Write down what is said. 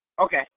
Okay